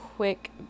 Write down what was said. quick